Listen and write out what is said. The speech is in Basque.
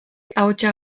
ahotsa